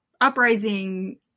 uprising